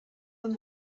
them